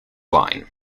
wine